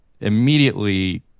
immediately